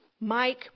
mike